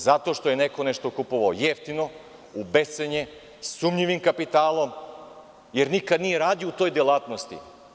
Zato što je neko nešto kupovao jeftino u bescenje, sumnjivim kapitalom, jer nikad nije radio u toj delatnosti.